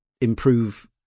improve